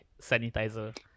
sanitizer